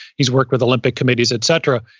he's worked with olympic committees, et cetera,